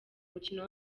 mukino